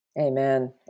Amen